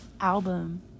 album